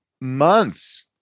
months